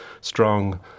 strong